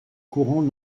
courant